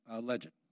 legend